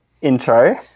intro